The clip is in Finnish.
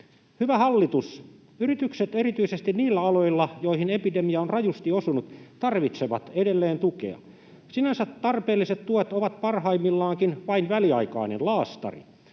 Hyvä hallitus, yritykset erityisesti niillä aloilla, joihin epidemia on rajusti osunut, tarvitsevat edelleen tukea. Sinänsä tarpeelliset tuet ovat parhaimmillaankin vain väliaikainen laastari.